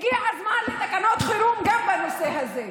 הגיע הזמן לתקנות חירום גם בנושא הזה.